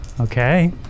Okay